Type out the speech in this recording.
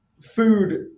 food